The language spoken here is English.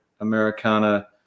Americana